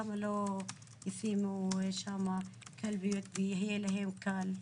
למה לא ישימו שם קלפיות ויהיה להם קל?